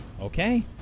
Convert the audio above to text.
Okay